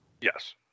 Yes